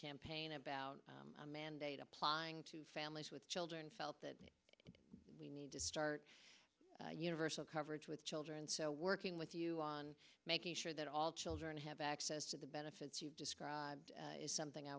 campaign about a mandate applying to families with children felt that we need to start universal coverage with children so working with you on making sure that all children have access to the benefits you've described is something i